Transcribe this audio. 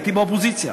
הייתי באופוזיציה